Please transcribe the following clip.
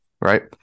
right